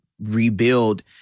rebuild